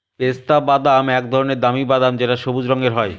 পেস্তা বাদাম এক ধরনের দামি বাদাম যেটা সবুজ রঙের হয়